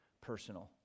personal